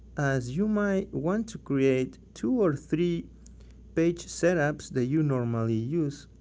as you might want to create two or three page setups that you normally use.